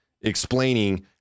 explaining